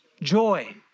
joy